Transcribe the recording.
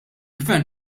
gvern